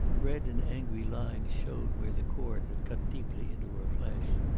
red and angry lines showed where the cord had cut deeply into her flesh.